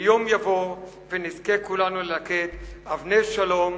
ויום יבוא ונזכה כולנו ללקט אבני שלום,